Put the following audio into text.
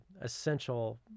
essential